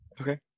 Okay